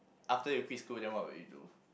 after you quit school then what would you do